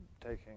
taking